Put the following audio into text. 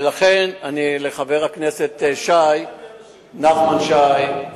לגבי חבר הכנסת נחמן שי,